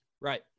right